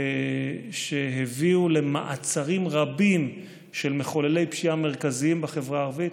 והם הביאו למעצרים רבים של מחוללי פשיעה מרכזיים בחברה הערבית.